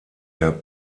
der